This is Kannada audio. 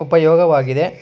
ಉಪಯೋಗವಾಗಿದೆ